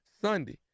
Sunday